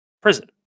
prison